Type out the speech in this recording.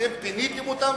אתם פיניתם אותם,